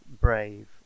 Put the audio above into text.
brave